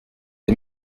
est